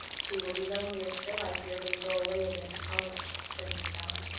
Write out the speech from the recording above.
she will be lonelier still, i fear, when you go away again to college, said mrs. allan.